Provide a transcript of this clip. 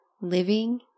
living